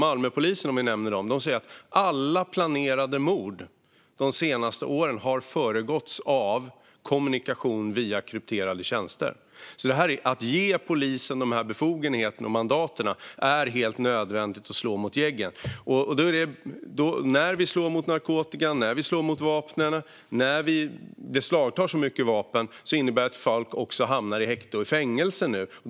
Malmöpolisen säger att alla planerade mord de senaste åren har föregåtts av kommunikation via krypterade tjänster, så att ge polisen dessa befogenheter och mandat är helt nödvändigt för att slå mot gängen. När vi slår mot narkotikan och vapnen och beslagtar så många vapen innebär det också att folk hamnar i häkte och fängelse.